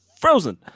frozen